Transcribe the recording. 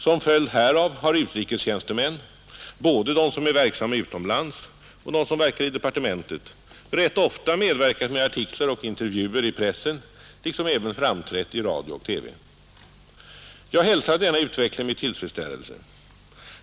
Som följd härav har utrikestjänstemän, både de som är verksamma utomlands och de som verkar i departementet, rätt ofta medverkat med artiklar och intervjuer i pressen liksom även framträtt i radio och TV. Jag hälsar denna utveckling med tillfredsställelse.